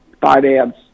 finance